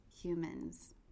humans